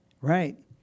Right